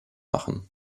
machen